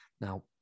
now